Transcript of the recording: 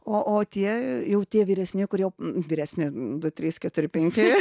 o o tie jau tie vyresni kur jau vyresni du trys keturi penki